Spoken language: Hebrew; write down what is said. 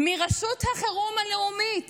מרשות החירום הלאומית